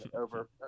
over